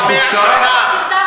מה את עשית?